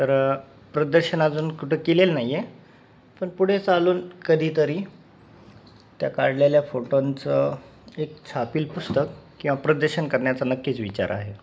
तर प्रदर्शन अजून कुठं केलेलं नाही आहे पण पुढे चालून कधीतरी त्या काढलेल्या फोटोंचं एक छापिल पुस्तक किंवा प्रदर्शन करण्याचा नक्कीच विचार आहे